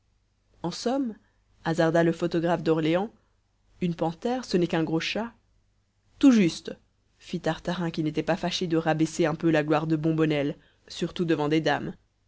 en somme hasarda le photographe d'orléansville une panthère ce n'est qu'un gros chat tout juste fit tartarin qui n'était pas fâché de rabaisser un peu la gloire de bombonnel surtout devant des dames